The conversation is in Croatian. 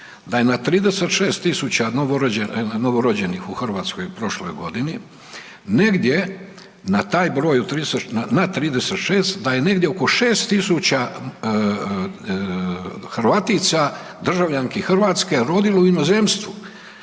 da je na 36 tisuća novorođenih u Hrvatskoj u prošloj godini, na 36 da je negdje oko 6 tisuća Hrvatica, državljanki Hrvatske rodilo u inozemstvu.